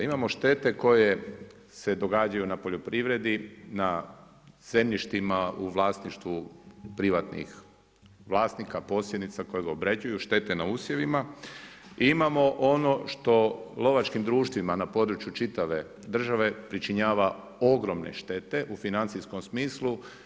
Imamo štete koje se događaju na poljoprivredi, na zemljištima u vlasništvu privatnih vlasnika, posjednica koje ga obrađuju, štete na usjevima i imamo ono što lovačkim društvima na području čitave države pričinjava ogromne štete u financijskom smislu.